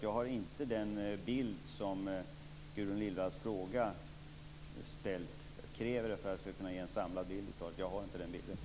Jag har inte den bild som Gudrun Lindvalls fråga kräver.